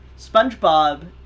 Spongebob